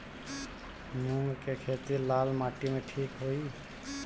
मूंग के खेती लाल माटी मे ठिक होई?